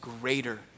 greater